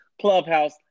Clubhouse